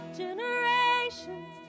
generations